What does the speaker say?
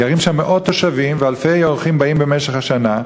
גרים שם מאות תושבים ואלפי אורחים באים במשך השנה.